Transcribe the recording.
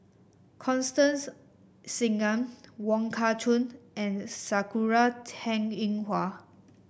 Constance Singam Wong Kah Chun and Sakura Teng Ying Hua